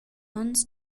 onns